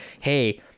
hey